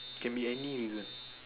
can be any reason